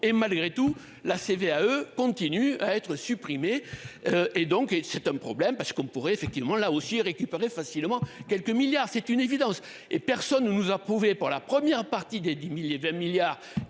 et malgré tout la CVAE continuent à être supprimés. Et donc et c'est un problème parce qu'on pourrait effectivement là aussi récupérer facilement quelques milliards. C'est une évidence et personne ne nous a prouvé pour la première partie des 10.000 et 20 milliards